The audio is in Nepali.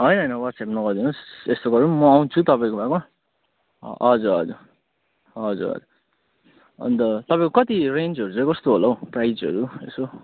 होइन होइनन वाट्सएप नगरिदिनुहोस् यस्तो गरौँ म आउँछु तपाईँकोमा अँ हजुर हजुर हजुर अन्त तपाईँको कति रेन्जहरू चाहिँ कस्तो होला हौ प्राइसहरू यसो